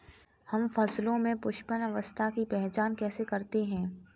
हम फसलों में पुष्पन अवस्था की पहचान कैसे करते हैं?